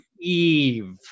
Eve